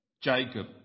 Jacob